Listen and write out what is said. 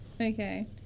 Okay